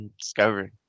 Discovery